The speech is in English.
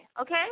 Okay